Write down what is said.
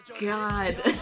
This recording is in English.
God